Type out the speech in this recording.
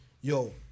yo